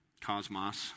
Cosmos